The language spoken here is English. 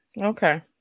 Okay